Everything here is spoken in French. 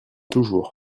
toujours